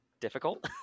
difficult